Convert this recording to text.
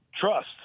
Trust